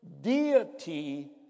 deity